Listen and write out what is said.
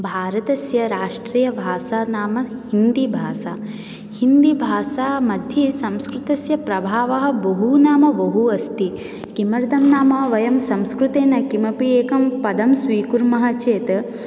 भारतस्य राष्ट्रीयभाषानाम हिन्दीभाषा हिन्दीभाषा मध्ये संस्कृतस्य प्रभावः बहु नाम बहु अस्ति किमर्थं नाम वयं संस्कृतेन किमपि एकं पदं स्वीकुर्मः चेत्